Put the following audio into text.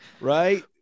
Right